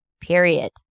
period